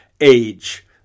age